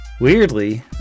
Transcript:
weirdly